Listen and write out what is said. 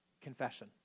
confession